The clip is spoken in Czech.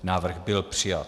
Návrh byl přijat.